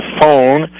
phone